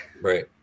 Right